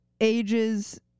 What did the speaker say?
ages